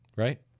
Right